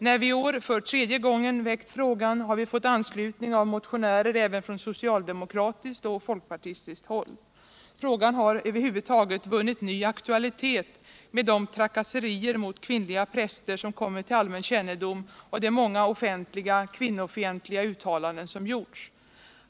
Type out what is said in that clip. När vi i år för tredje gången väckt frågan har vi fått anslutning av motionärer även från socialdemokratiskt och folkpartistiskt håll. Frågan har över huvud taget vunnit ny aktualitet med de trakasserier mot Kvinnliga präster som kommit till allmän kännedom och de många offentliga kvinnofientliga uttalanden som gjorts.